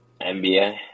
NBA